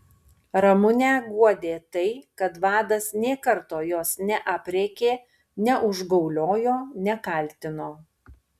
ramunę guodė tai kad vadas nė karto jos neaprėkė neužgauliojo nekaltino